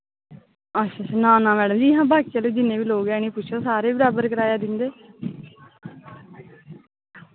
अच्छा अच्छा ना ना मैडम जी एह् हां बाकी आह्ले जिन्ने बी लोग ऐ इ'ने पुच्छेओ सारे बराबर कराया दिंदे